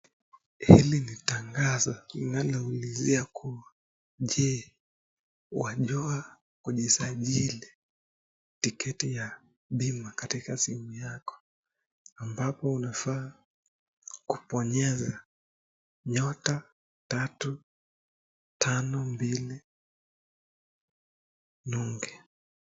Hili ni tangazo linalo ulizia kuwa : je, wajuwa kujisajili tiketi ya bima katika simu yako, ambapo unafaa kunaponyeza nyota tatu, Tano mbili nuge.